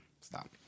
Stop